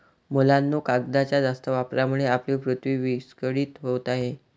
मुलांनो, कागदाच्या जास्त वापरामुळे आपली पृथ्वी विस्कळीत होत आहे